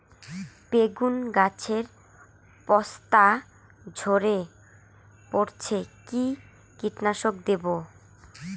বেগুন গাছের পস্তা ঝরে পড়ছে কি কীটনাশক দেব?